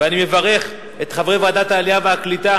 ואני מברך את חברי ועדת העלייה והקליטה